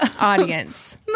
Audience